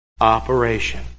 operation